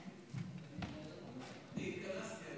אני התכנסתי,